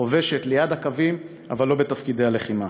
חובשת, ליד הקווים, אבל לא בתפקידי לחימה.